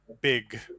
big